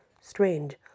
strange